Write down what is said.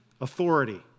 authority